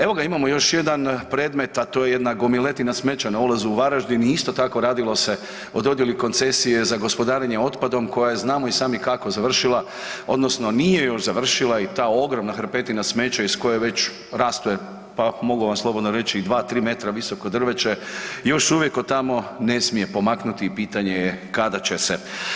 Evo ga, imamo još jedan predmet, a to je jedna gomiletina smeća na ulazu u Varaždin i isto tako radilo se o dodijeli koncesije za gospodarenje otpadom koja, znamo i sami kako je završila odnosno nije još završila i ta ogromna hrpetina smeća iz koje već raste, pa mogu vam slobodno reći i 2-3 metra visoko drveće, još uvijek od tamo ne smije pomaknuti i pitanje je kada će se.